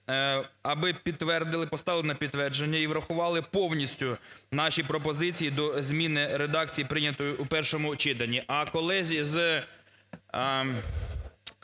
поставили на підтвердження і врахували повністю наші пропозиції до зміни редакції, прийнятої в першому читанні.